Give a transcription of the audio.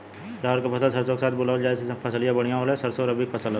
रहर क फसल सरसो के साथे बुवल जाले जैसे फसलिया बढ़िया होले सरसो रबीक फसल हवौ